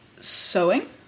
sewing